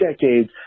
decades